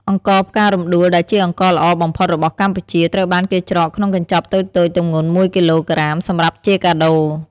អង្ករផ្ការំដួលដែលជាអង្ករល្អបំផុតរបស់កម្ពុជា ត្រូវបានគេច្រកក្នុងកញ្ចប់តូចៗទម្ងន់មួយគីឡូក្រាមសម្រាប់ជាកាដូ។